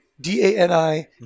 D-A-N-I